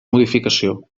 modificació